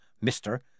mister